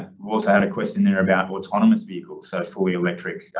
we also had a question there about but autonomous vehicles. so fully electric,